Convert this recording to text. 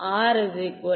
மாணவர் R 0